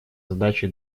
задачи